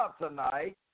tonight